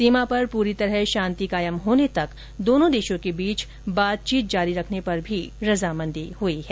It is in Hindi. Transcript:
सीमा पर पूरी तरह शांति कायम होने तक दोनों देशों के बीच बातचीत जारी रखने पर भी रजामंदी हुई है